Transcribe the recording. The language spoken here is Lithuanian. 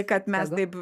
kad mes taip